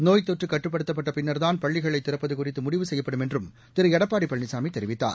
நோய்த்தொற்றுகட்டுப்படுத்தப்பட்டபின்னா்தான் பள்ளிகளைதிறப்பதுகுறித்துமுடிவு செய்யப்படும் என்றும் திருளடப்பாடிபழனிசாமிதெரிவித்தார்